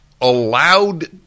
allowed